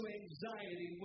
anxiety